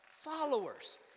followers